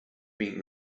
being